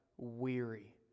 Weary